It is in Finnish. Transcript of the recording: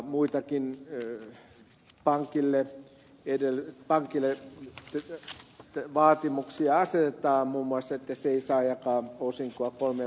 muitakin vaatimuksia pankille asetetaan muun muassa että se ei saa jakaa osinkoa kolmeen vuoteen